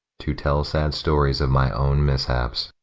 to tell sad stories of my own mishaps.